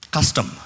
Custom